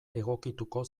egokituko